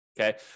Okay